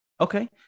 Okay